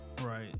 Right